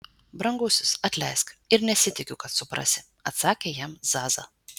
brangusis atleisk ir nesitikiu kad suprasi atsakė jam zaza